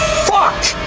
fuck!